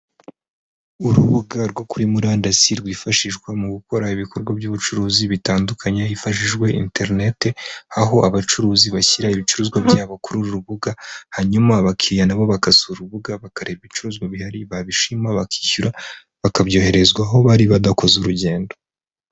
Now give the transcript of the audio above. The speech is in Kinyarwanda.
Urubuga rwo kuri murandasi rwifashishwa mu gukora ibikorwa by'ubucuruzi bitandukanye hifashishijwe interinete, aho abacuruzi bashyira ibicuruzwa byabo kuri uru rubuga, hanyuma abakiriya na bo bagasura urubuga bakareba ibicuruzwa bihari, babishima bakishyura bakabyoherezwa aho bari badakoze urugendo.